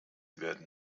werden